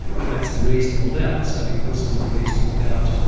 but that's a reasonable doubt. so because there's a reasonable doubt,